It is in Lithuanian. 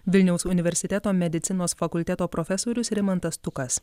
vilniaus universiteto medicinos fakulteto profesorius rimantas stukas